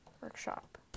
Workshop